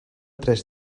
tres